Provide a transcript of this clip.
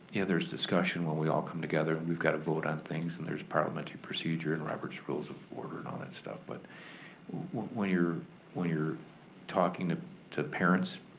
yeah there's discussion when we all come together and we've gotta vote on things and there's parliamentary procedure and roberts rules of order and all that stuff. but when you're when you're talking to to parents,